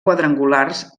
quadrangulars